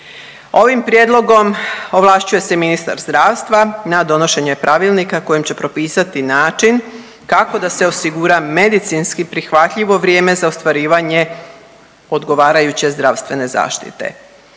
Ovim prijedlogom ovlašćuje se ministar zdravstva na donošenje pravilnika kojim će propisati način kako da se osigura medicinski prihvatljivo vrijeme za ostvarivanje odgovarajuće zdravstvene zaštite.